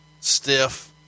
stiff